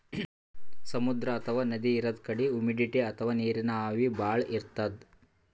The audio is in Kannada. ಸಮುದ್ರ ಅಥವಾ ನದಿ ಇರದ್ ಕಡಿ ಹುಮಿಡಿಟಿ ಅಥವಾ ನೀರಿನ್ ಆವಿ ಭಾಳ್ ಇರ್ತದ್